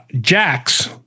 Jax